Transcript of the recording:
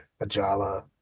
ajala